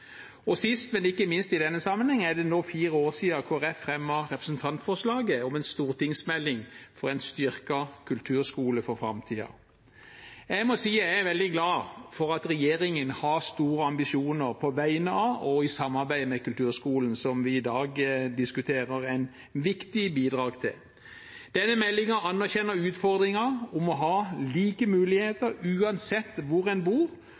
Sist, men ikke minst i denne sammenhengen er det nå fire år siden Kristelig Folkeparti fremmet representantforslaget om en stortingsmelding for en styrket kulturskole for framtiden. Jeg må si jeg er veldig glad for at regjeringen har store ambisjoner på vegne av og i samarbeid med kulturskolen som vi i dag diskuterer et viktig bidrag til. Denne meldingen anerkjenner utfordringen om å ha like muligheter uansett hvor en bor,